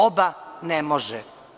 Oba ne može.